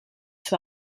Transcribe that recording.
für